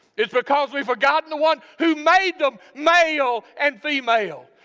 it's because we've forgotten the one who made them male and female.